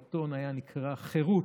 העיתון היה נקרא "חרות",